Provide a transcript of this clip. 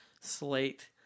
slate